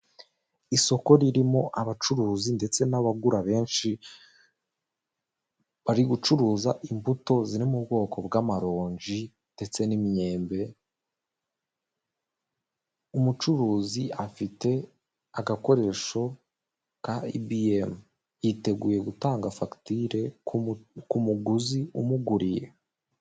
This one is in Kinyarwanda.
Isoko ririmo abacuruzi ndetse n'abagura benshi, bari gucuruza imbuto ziri mu bwoko bw'amaronji ndetse n'imyembe, umucuruzi afite agakoresho ka ibiyemu. Yiteguye gutanga fakitire ku muguzi umuguriye.